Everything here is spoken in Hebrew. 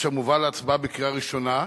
אשר מובא להצבעה בקריאה ראשונה,